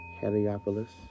Heliopolis